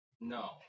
no